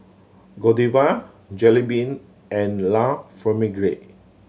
Godiva Jollibean and La Famiglia